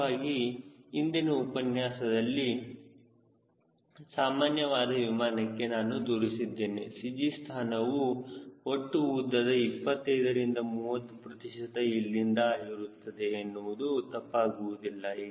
ಸಾಮಾನ್ಯವಾಗಿ ಇಂದಿನ ಉಪನ್ಯಾಸದಲ್ಲಿ ಸಾಮಾನ್ಯವಾದ ವಿಮಾನಕ್ಕೆ ನಾನು ತೋರಿಸಿದ್ದೇನೆ CG ಸ್ಥಾನವು ಒಟ್ಟು ಉದ್ದದ 25 ರಿಂದ 30 ಪ್ರತಿಶತ ಇಲ್ಲಿಂದ ಆಗಿರುತ್ತದೆ ಎನ್ನುವುದು ತಪ್ಪಾಗುವುದಿಲ್ಲ